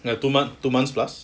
like two months two months plus